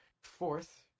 fourth